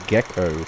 Gecko